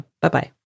Bye-bye